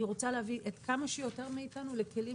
אני רוצה להביא כמה שיותר מאיתנו לכלים